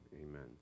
amen